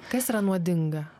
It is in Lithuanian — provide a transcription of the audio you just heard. kas yra nuodinga